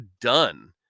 done